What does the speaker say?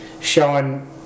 showing